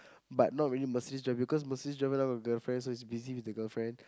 but not really Mercedes driver because Mercedes driver now got girlfriend so is busy with the girlfriend